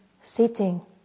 sitting